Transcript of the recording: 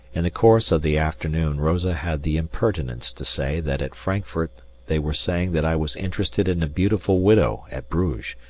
in the course of the afternoon rosa had the impertinence to say that at frankfurt they were saying that i was interested in a beautiful widow at bruges,